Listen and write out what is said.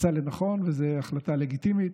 מצא לנכון, וזו החלטה לגיטימית,